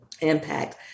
impact